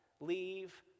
leave